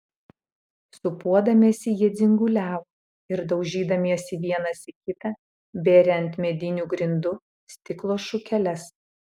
sūpuodamiesi jie dzinguliavo ir daužydamiesi vienas į kitą bėrė ant medinių grindų stiklo šukeles